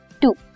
two